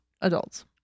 adults